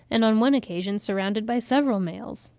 and on one occasion surrounded by several males.